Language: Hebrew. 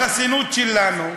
בחסינות שלנו,